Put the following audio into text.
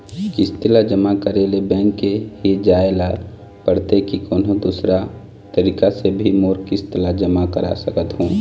किस्त ला जमा करे ले बैंक ही जाए ला पड़ते कि कोन्हो दूसरा तरीका से भी मोर किस्त ला जमा करा सकत हो?